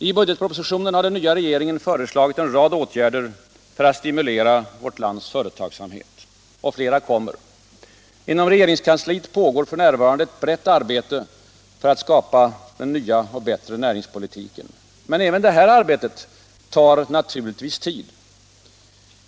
I budgetpropositionen har den nya regeringen föreslagit en rad åtgärder för att stimulera vårt lands företagsamhet. Och flera kommer. Inom regeringskansliet pågår f. n. ett brett arbete för att skapa den nya och bättre näringspolitiken. Men även detta arbete tar naturligtvis tid.